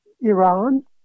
Iran